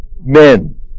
men